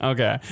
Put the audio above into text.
Okay